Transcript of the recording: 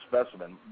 specimen